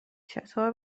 چطور